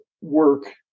work